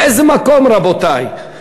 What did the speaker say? לאיזה מקום, רבותי?